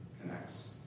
connects